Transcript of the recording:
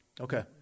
okay